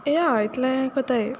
या इतलें कोताय